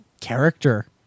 character